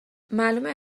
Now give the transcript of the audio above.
معلومه